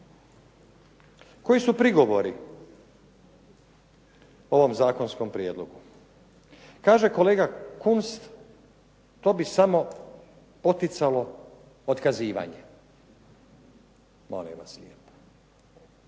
Koji su prigovori ovom zakonskom prijedlogu? Kaže kolega Kunst to bi samo poticalo otkazivanje. Molim vas lijepo.